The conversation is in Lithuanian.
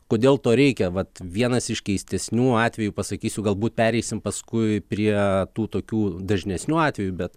kodėl to reikia vat vienas iš keistesnių atvejų pasakysiu galbūt pereisim paskui prie tų tokių dažnesnių atvejų bet